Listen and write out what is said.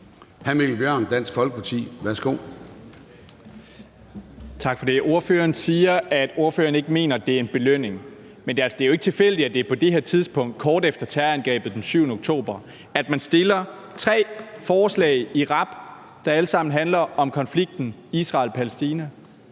Mikkel Bjørn (DF): Tak for det. Ordføreren siger, at ordføreren ikke mener, at det er en belønning, men det er jo ikke tilfældigt, at det er på det her tidspunkt, altså kort efter terrorangrebet den 7. oktober, at man fremsætter tre forslag i rap, der alle sammen handler om konflikten mellem Israel og Palæstina.